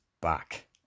back